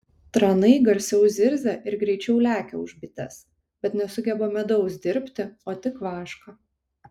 tranai garsiau zirzia ir greičiau lekia už bites bet nesugeba medaus dirbti o tik vašką